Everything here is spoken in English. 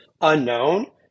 unknown